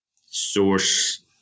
source